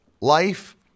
life